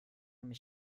mich